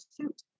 suit